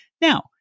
Now